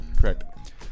Correct